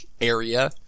area